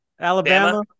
Alabama